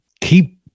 keep